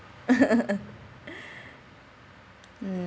mm